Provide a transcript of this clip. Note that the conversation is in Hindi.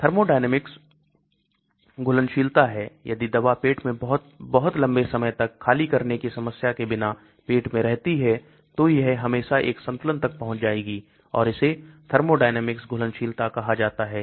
Thermodynamics घुलनशीलता है यदि दवा पेट मैं बहुत बहुत लंबे समय तक खाली करने की समस्या के बिना पेट में रहती है तो यह हमेशा एक संतुलन तक पहुंच जाएगी और इसे thermodynamics घुलनशीलता कहा जाता है